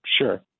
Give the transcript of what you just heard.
Sure